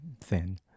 thin